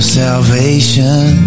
salvation